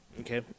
Okay